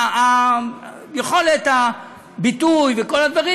ויכולת הביטוי וכל הדברים,